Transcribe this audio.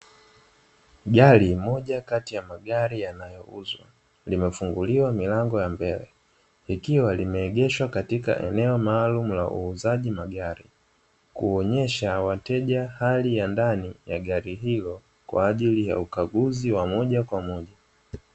Gari moja kati ya magari yanayouzwa, limefunguliwa milango ya mbele ikiwa limeegeshwa katika eneo maalumu la uuzaji magari, kuonyesha wateja hali ya ndani ya gari hiyo kwa ajili ya ukaguzi wa moja kwa moja.